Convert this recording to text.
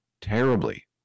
terribly